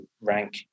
rank